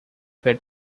fed